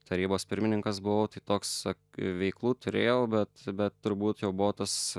tarybos pirmininkas buvau toks ak veiklų turėjau bet bet turbūt jau buvo tas